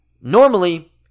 Normally